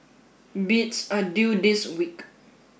bids are due this week